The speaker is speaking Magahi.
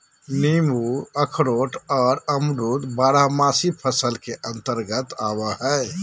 नींबू अखरोट आर अमरूद बारहमासी फसल के अंतर्गत आवय हय